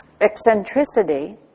eccentricity